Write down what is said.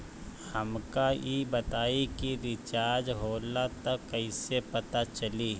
हमका ई बताई कि रिचार्ज होला त कईसे पता चली?